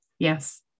Yes